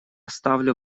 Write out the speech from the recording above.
ставлю